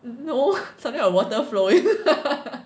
no something like water flowing